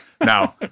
Now